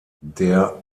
der